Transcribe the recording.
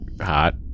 Hot